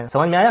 आपको समझ आया